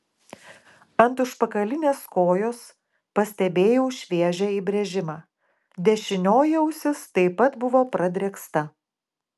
ant užpakalinės kojos pastebėjau šviežią įbrėžimą dešinioji ausis taip pat buvo pradrėksta